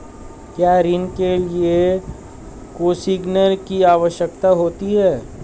क्या ऋण के लिए कोसिग्नर की आवश्यकता होती है?